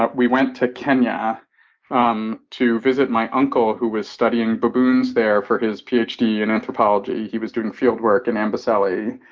ah we went to kenya um to visit my uncle who was studying baboons there for his ph d. in anthropology. he was doing fieldwork in amboseli.